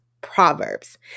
proverbs